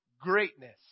greatness